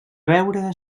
veure